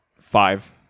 five